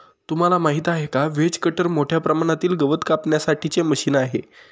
तुम्हाला माहिती आहे का? व्हेज कटर मोठ्या प्रमाणातील गवत कापण्यासाठी चे मशीन आहे